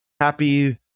Happy